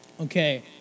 Okay